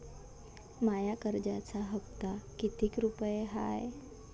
माया कर्जाचा हप्ता कितीक रुपये हाय?